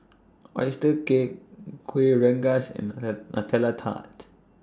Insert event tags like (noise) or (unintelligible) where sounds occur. Oyster Cake Kuih Rengas and (unintelligible) Nutella Tart